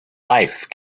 life